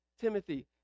Timothy